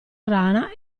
rana